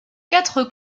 quatre